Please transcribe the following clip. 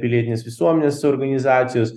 pilietinės visuomenės organizacijos